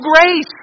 grace